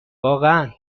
واقعا